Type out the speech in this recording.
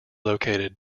located